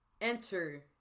enter